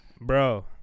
bro